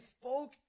spoke